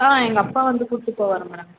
ஆ எங்கள் அப்பா வந்து கூட்டுப்போவார் மேடம்